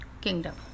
kingdom